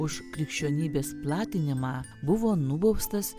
už krikščionybės platinimą buvo nubaustas